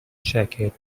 jacket